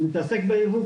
אני מתעסק בייבוא,